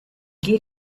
get